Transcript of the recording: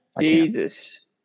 jesus